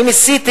אני ניסיתי